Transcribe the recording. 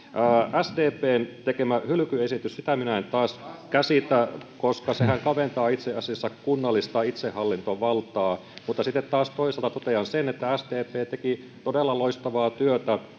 sdpn tekemää hylkyesitystä minä en taas käsitä koska sehän kaventaa itse asiassa kunnallista itsehallintovaltaa mutta sitten taas toisaalta totean sen että sdp teki todella loistavaa työtä